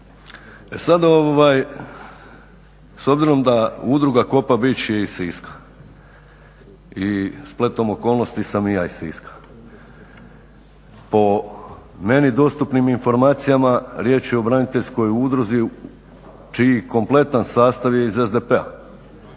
sada s obzirom da Udruga "Kopa beach" je iz Siska i spletom okolnosti sam i ja iz Siska. Po meni dostupnim informacijama riječ je o braniteljskoj udruzi čiji kompletan sastav je iz SDP-a.